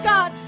God